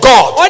God